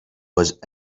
was